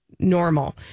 normal